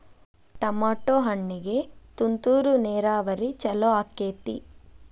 Tomato ಹಣ್ಣಿಗೆ ತುಂತುರು ನೇರಾವರಿ ಛಲೋ ಆಕ್ಕೆತಿ?